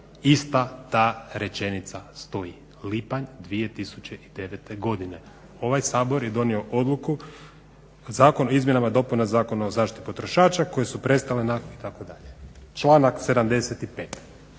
ista ta rečenica stoji, lipanj 2009. godine. Ovaj Sabor je donio odluku Zakon o izmjenama i dopunama Zakona o zaštiti potrošača koje su prestale … itd., članak 75.